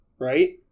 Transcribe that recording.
Right